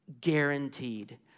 guaranteed